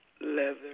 leather